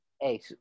Hey